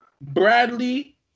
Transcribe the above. Bradley